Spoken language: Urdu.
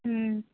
ہوں